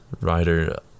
writer